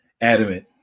adamant